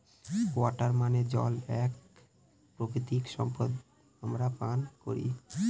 water মানে জল এক প্রাকৃতিক সম্পদ আমরা পান করি